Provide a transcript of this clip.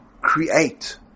create